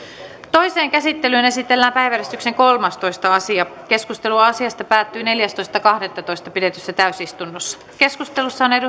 toiseen käsittelyyn esitellään päiväjärjestyksen kolmastoista asia keskustelu asiasta päättyi neljästoista kahdettatoista kaksituhattaviisitoista pidetyssä täysistunnossa keskustelussa on